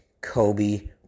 Kobe